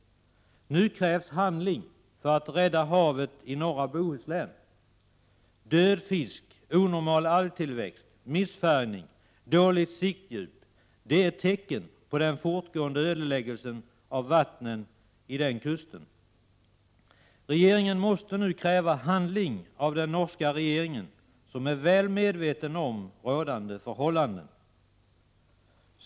Nu krävs handling för att vi skall kunna rädda havet i norra Bohuslän. Död fisk, onormal algtillväxt, missfärgning, dåligt siktdjup är tecken på den fortgående ödeläggelsen av vattnet längs den kusten. Regeringen måste nu kräva handling av den norska regeringen, som är väl medveten om rådande förhållanden.